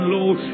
Lord